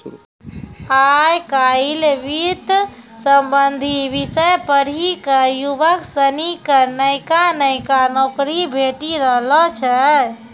आय काइल वित्त संबंधी विषय पढ़ी क युवक सनी क नयका नयका नौकरी भेटी रहलो छै